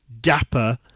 dapper